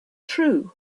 true